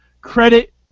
credit